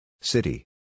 City